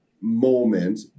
moment